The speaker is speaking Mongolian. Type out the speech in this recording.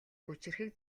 хүчирхэг